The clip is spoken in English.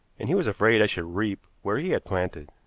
and he was afraid i should reap where he had planted.